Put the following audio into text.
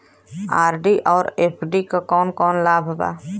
RD और FD क कौन कौन लाभ बा?